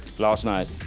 last night.